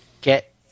get